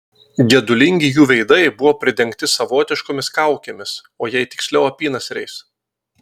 gedulingi jų veidai buvo pridengti savotiškomis kaukėmis o jei tiksliau apynasriais